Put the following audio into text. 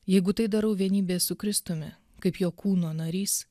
jeigu tai darau vienybėje su kristumi kaip jo kūno narys